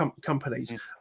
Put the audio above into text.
companies